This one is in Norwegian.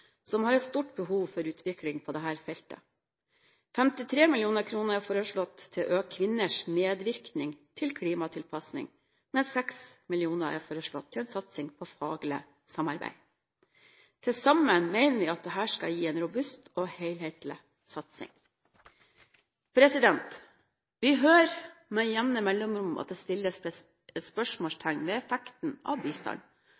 som har et stort behov for utvikling på dette feltet. 53 mill. kr er foreslått til å øke kvinners medvirkning til klimatilpasning, mens 6 mill. kr er foreslått til en satsing på faglig samarbeid. Til sammen mener vi at dette skal gi en robust og helhetlig satsing. Vi hører med jevne mellomrom at det settes spørsmålstegn ved effekten av bistand.